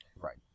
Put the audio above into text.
Right